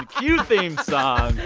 cue theme song